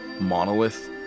monolith